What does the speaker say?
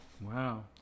Wow